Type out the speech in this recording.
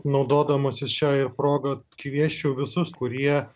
naudodamasis šiąja proga kviesčiau visus kurie